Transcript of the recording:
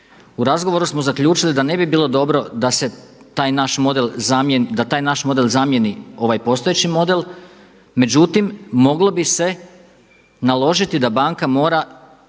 U razgovoru smo zaključili da ne bi bilo dobro da se taj naš model zamijeni ovaj postojeći model, međutim moglo bi se naložiti da banka mora